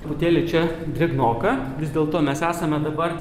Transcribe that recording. truputėlį čia drėgnoka vis dėlto mes esame dabar